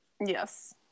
yes